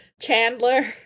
Chandler